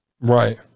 Right